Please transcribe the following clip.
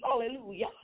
Hallelujah